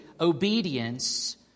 obedience